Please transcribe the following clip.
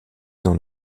dans